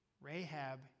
Rahab